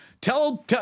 Tell